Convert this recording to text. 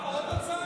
מה, עוד הצעה?